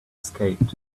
escaped